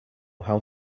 how